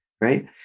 right